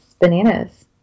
bananas